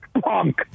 punk